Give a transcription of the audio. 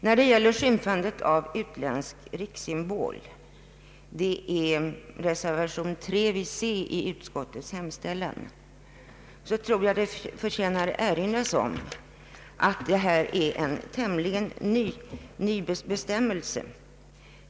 När det gäller skymfandet av utländsk rikssymbol — reservation 3 vid C i utskottets hemställan — tror jag att det förtjänar erinras om att detta är en tämligen ny bestämmelse.